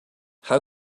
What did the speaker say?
how